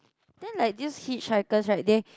then like these hitchhikers right they